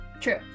True